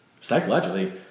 psychologically